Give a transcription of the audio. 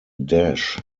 dash